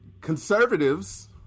conservatives